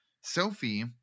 Sophie